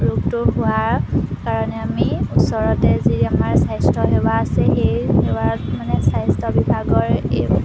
ৰোগটো হোৱাৰ কাৰণে আমি ওচৰতে যি আমাৰ স্বাস্থ্যসেৱা আছে সেই সেৱাত মানে স্বাস্থ্য বিভাগৰ এই